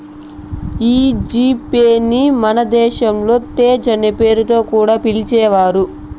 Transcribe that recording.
ఈ G Pay ని మన దేశంలో తేజ్ అనే పేరుతో కూడా పిలిచేవారు